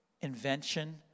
invention